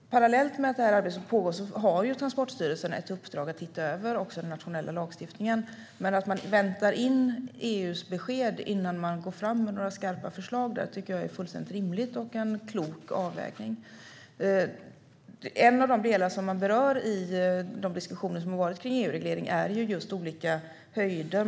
Parallellt med att det här arbetet pågår har Transportstyrelsen i uppdrag att titta över den nationella lagstiftningen. Men att man väntar in EU:s besked innan man går fram med några skarpa förslag tycker jag är fullständigt rimligt och en klok avvägning. En av de delar som berörs i de diskussioner som har varit om EU-reglering är just olika höjder.